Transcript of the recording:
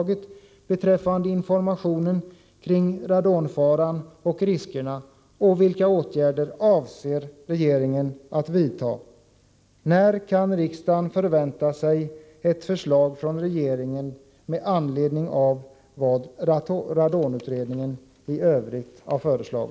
När kan riksdagen förvänta sig ett förslag från regeringen med anledning av vad radonutredningen i övrigt föreslår?